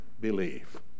believe